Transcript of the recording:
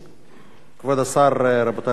כבוד השר, רבותי חברי הכנסת,